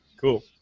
cool